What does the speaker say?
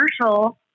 commercial